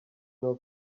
know